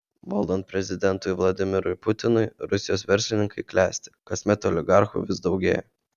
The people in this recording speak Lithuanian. valdant prezidentui vladimirui putinui rusijos verslininkai klesti kasmet oligarchų vis daugėja